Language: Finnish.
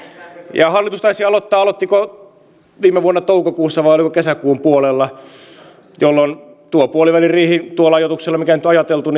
ja hallitus taisi aloittaa viime vuonna toukokuussa vai oliko kesäkuun puolella jolloin tuo puoliväliriihi tuolla ajoituksella mikä nyt on ajateltu